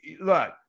look